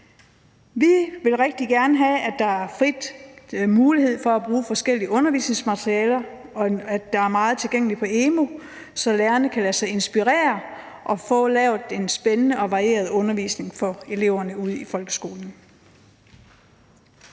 Vi vil rigtig gerne have, at der er fri mulighed for at bruge forskellige undervisningsmaterialer, og at der er meget tilgængeligt på EMU, så lærerne kan lade sig inspirere og få lavet en spændende og varieret undervisning for eleverne ude i folkeskolen.